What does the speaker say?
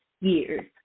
years